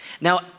Now